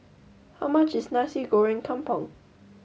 how much is Nasi Goreng Kampung